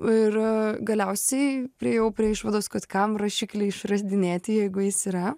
ir galiausiai priėjau prie išvados kad kam rašiklį išradinėti jeigu jis yra